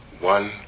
One